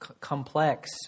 complex